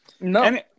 No